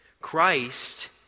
Christ